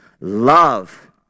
love